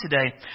today